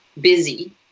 busy